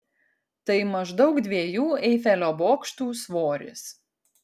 tai maždaug dviejų eifelio bokštų svoris